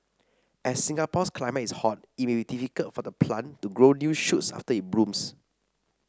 as Singapore's climate is hot it may be difficult for the plant to grow new shoots after it blooms